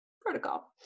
protocol